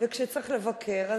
וכשצריך לבקר אנחנו,